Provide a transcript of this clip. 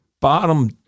bottom